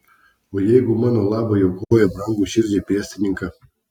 o jeigu mano labui aukoja brangų širdžiai pėstininką